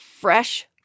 fresh